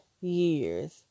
years